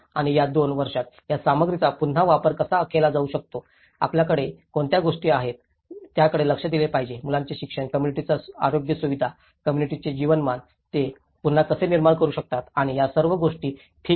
आणि या दोन वर्षांत या सामग्रीचा पुन्हा वापर कसा केला जाऊ शकतो आपल्याकडे कोणत्या गोष्टी आहेत त्याकडे लक्ष दिले पाहिजे मुलांचे शिक्षण कोम्मुनिटीच्या आरोग्य सुविधा कोम्मुनिटीचे जीवनमान ते पुन्हा कसे निर्माण करू शकतात आणि या सर्व गोष्टी ठीक आहेत